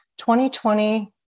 2020